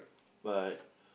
but